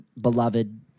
beloved